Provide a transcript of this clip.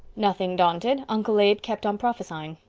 nothing daunted, uncle abe kept on prophesying.